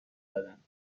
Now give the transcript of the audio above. دادند